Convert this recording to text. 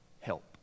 help